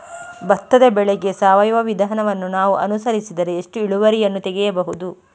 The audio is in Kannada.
ಭತ್ತದ ಬೆಳೆಗೆ ಸಾವಯವ ವಿಧಾನವನ್ನು ನಾವು ಅನುಸರಿಸಿದರೆ ಎಷ್ಟು ಇಳುವರಿಯನ್ನು ತೆಗೆಯಬಹುದು?